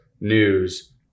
news